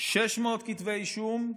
600 כתבי אישום,